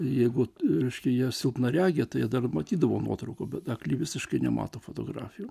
jeigu reiškia jie silpnaregiai tai dar matydavo nuotraukų bet akli visiškai nemato fotografijų